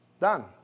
Done